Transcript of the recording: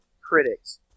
critics